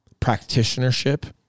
practitionership